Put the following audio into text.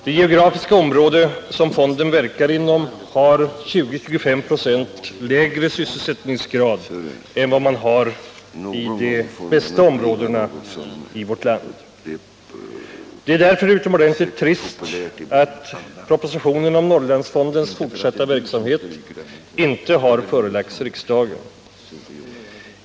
Det geografiska område som fonden verkar inom har 20-25 96 lägre sysselsättningsgrad än de bästa områdena i vårt land. Det är därför utomordentligt trist att propositionen om Norrlandsfondens fortsatta verksamhet inte har förelagts riksdagen.